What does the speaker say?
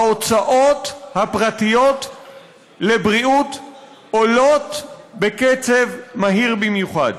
ההוצאות הפרטיות על בריאות עולות בקצב מהיר במיוחד.